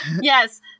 yes